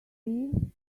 leave